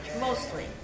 mostly